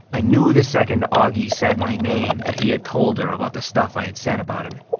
i knew the second auggie said my name that he had told her about the stuff i had said about him.